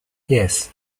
yes